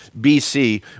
BC